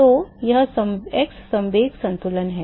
तो वह x संवेग संतुलन है